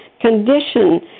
condition